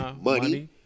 Money